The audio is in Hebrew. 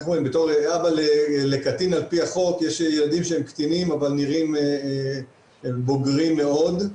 בתור אבא לקטין על פי החוק יש לי ילדים קטינים אבל נראים בוגרים מאוד,